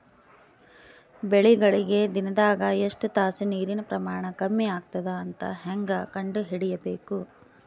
ಬೆಳಿಗಳಿಗೆ ದಿನದಾಗ ಎಷ್ಟು ತಾಸ ನೀರಿನ ಪ್ರಮಾಣ ಕಮ್ಮಿ ಆಗತದ ಅಂತ ಹೇಂಗ ಕಂಡ ಹಿಡಿಯಬೇಕು?